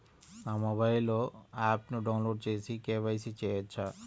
నా మొబైల్లో ఆప్ను డౌన్లోడ్ చేసి కే.వై.సి చేయచ్చా?